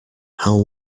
how